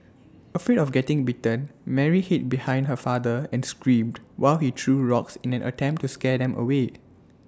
afraid of getting bitten Mary hid behind her father and screamed while he threw rocks in an attempt to scare them away